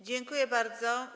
Dziękuję bardzo.